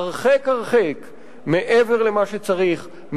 הרחק הרחק מעבר למה שצריך,